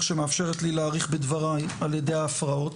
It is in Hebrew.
שמאפשרת לי להאריך בדברי על ידי ההפרעות.